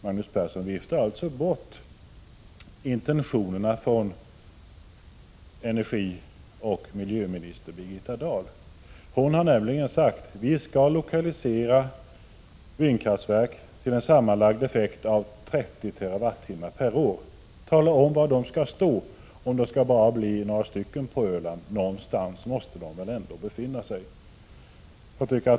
Magnus Persson viftar alltså bort energioch miljöminister Birgitta Dahls intentioner! Hon har nämligen sagt: Vi skall lokalisera vindkraftverk till en sammanlagd effekt av 30 TWh per år. Tala om var de skall stå om det bara skall bli några stycken på Öland — någonstans måste de väl ändå befinna sig?